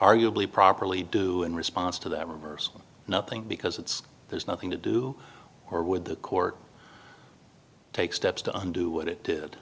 arguably properly do in response to that reversal nothing because it's there's nothing to do or would the court take steps to undo what it did